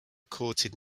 courted